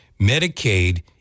Medicaid